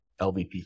LVP